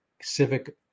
civic